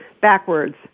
backwards